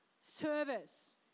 service